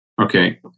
Okay